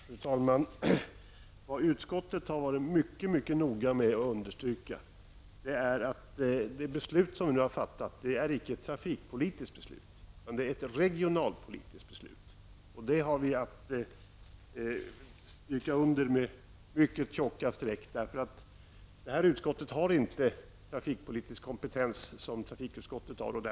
Fru talman! Utskottet har varit mycket noga med att understryka att det beslut som vi kommer att fatta icke är ett trafikpolitiskt beslut, utan ett regionalpolitiskt beslut. Det får vi stryka under med mycket tjocka streck, därför att arbetsmarknadsutskottet inte har trafikpolitisk kompetens så som trafikutskottet har.